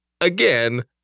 again